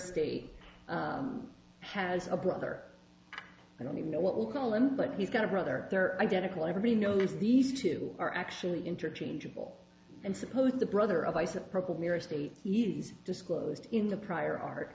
state has a brother i don't even know what we'll call him but he's got a brother they're identical everybody knows these two are actually interchangeable and supposed the brother of ice that he's disclosed in the prior art